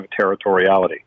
territoriality